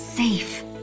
Safe